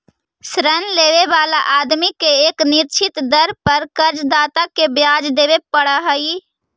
ऋण लेवे वाला आदमी के एक निश्चित दर पर कर्ज दाता के ब्याज देवे पड़ऽ हई